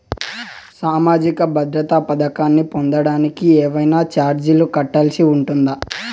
సామాజిక భద్రత పథకాన్ని పొందడానికి ఏవైనా చార్జీలు కట్టాల్సి ఉంటుందా?